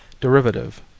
derivative